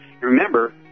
Remember